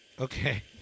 Okay